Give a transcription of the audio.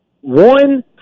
one